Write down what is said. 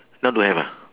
now don't have ah